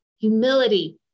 humility